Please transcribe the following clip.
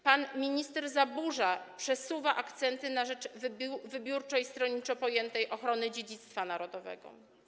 Pan minister zaburza, przesuwa akcenty na rzecz wybiórczej, stronniczo pojętej ochrony dziedzictwa narodowego.